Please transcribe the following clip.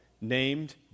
named